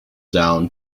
down